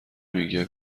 میگه